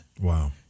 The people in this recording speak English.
Wow